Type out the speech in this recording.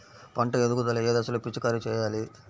పంట ఎదుగుదల ఏ దశలో పిచికారీ చేయాలి?